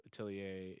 atelier